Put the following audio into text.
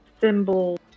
symbol